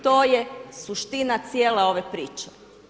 To je suština cijele ove priče.